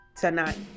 tonight